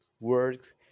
works